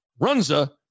Runza